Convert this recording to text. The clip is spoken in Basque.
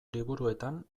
liburuetan